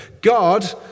God